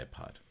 iPod